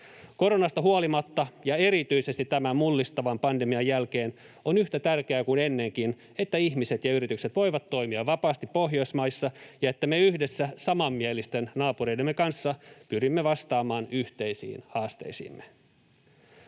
Koronasta huolimatta, ja erityisesti tämän mullistavan pandemian jälkeen, on yhtä tärkeää kuin ennenkin, että ihmiset ja yritykset voivat toimia vapaasti Pohjoismaissa ja että me yhdessä samanmielisten naapureidemme kanssa pyrimme vastaamaan yhteisiin haasteisiimme.